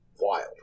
wild